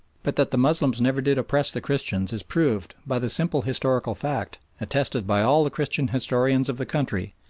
but that the moslems never did oppress the christians is proved by the simple historical fact, attested by all the christian historians of the country,